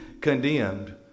condemned